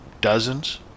dozens